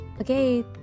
Okay